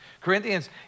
Corinthians